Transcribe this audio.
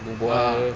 berbual